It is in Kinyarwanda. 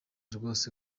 rwose